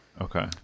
Okay